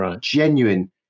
genuine